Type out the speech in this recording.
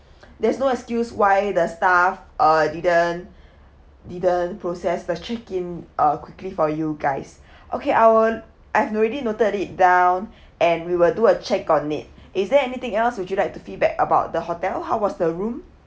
there is no excuse why the staff uh didn't didn't process the checked in uh quickly for you guys okay I'll I've already noted it down and we will do a check on it is there anything else would you like to feedback about the hotel how was the room